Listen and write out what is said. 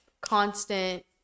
constant